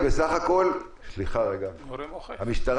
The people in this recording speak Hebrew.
המשטרה